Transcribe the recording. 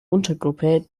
untergruppe